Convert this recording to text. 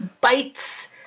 Bites